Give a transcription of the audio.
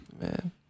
Man